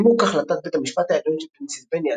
בנימוק החלטת בית המשפט העליון של פנסילבניה